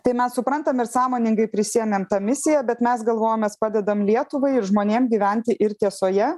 tai mes suprantam ir sąmoningai prisiėmėm tą misiją bet mes galvojam mes padedam lietuvai ir žmonėm gyventi ir tiesoje